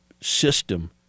system